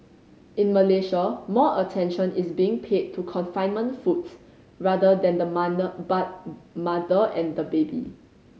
in Malaysia more attention is being paid to confinement foods rather than the mother and the baby